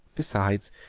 besides,